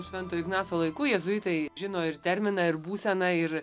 švento ignaco laikų jėzuitai žino ir terminą ir būseną ir